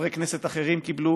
שחברי כנסת אחרים קיבלו,